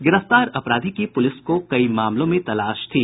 गिरफ्तार अपराधी की पुलिस को कई मामलों में तलाश थी